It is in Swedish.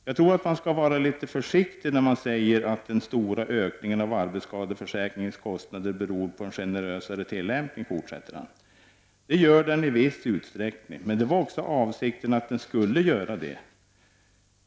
Jag tror att man skall vara litet försiktig när man säger att den stora ökningen av arbetsskadeförsäkringens kostnader beror på en generösare tillämpning. Det gör den i viss utsträckning. Men det var också avsikten att den skulle göra det.